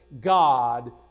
God